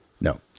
No